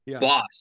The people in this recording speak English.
Boss